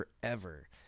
forever